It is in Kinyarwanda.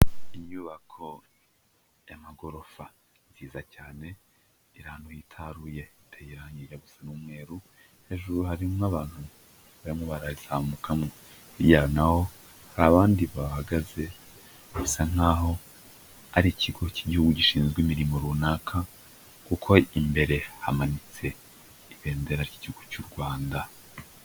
Inyubako y'amagorofa nziza cyane iri ahantu hitaruye hateye irangi rijya gusa umweru, hejuru harimwo abantu barimo barazamukamo, hirya naho hari bandi bahagaze bisa nkaho ari ikigo cy'Igihugu gishinzwe imirimo runaka, kuko imbere hamanitse ibendera ry'Igihugu cy'u Rwanda.